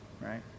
right